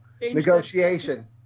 negotiation